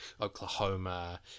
Oklahoma